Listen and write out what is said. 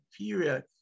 period